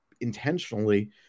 intentionally